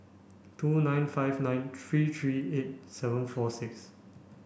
two nine five nine three three eight seven four six